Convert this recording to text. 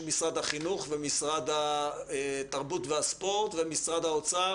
משרד החינוך ומשרד התרבות והספורט ומשרד האוצר,